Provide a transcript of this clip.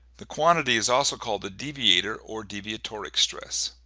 the quantity is also called the deviator or deviatoric stress.